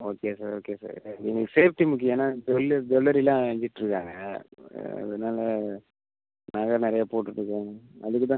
okay sir okay sir எங்களுக்கு safety முக்கியம் ஏன்னா ஜுவல் ஜுவல்லரிலாம் அணிஞ்சுட்டுருக்காங்க அதனால நகை நிறைய போட்டுட்டு இருக்காங்க அதுக்கு தான்